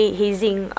hazing